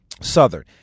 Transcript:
Southern